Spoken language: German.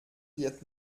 wird